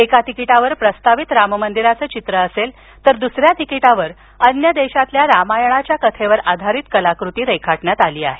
एका तिकिटावर प्रस्तावित राम मंदिराचं चित्र असेल तर दुसऱ्या तिकिटावर अन्य देशातील रामायणाच्या कथेवर आधारित कलाकृती रेखाटण्यात आली आहे